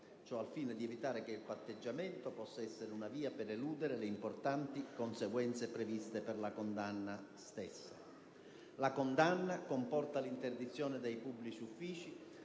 Ciò al fine di evitare che il patteggiamento possa essere una via per eludere le importanti conseguenze previste per la condanna stessa. La condanna comporta l'interdizione dai pubblici uffici